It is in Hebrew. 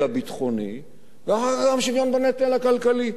הביטחוני ואחר כך גם שוויון בנטל הכלכלי.